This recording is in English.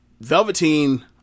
Velveteen